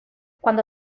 cuando